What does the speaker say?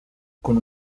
con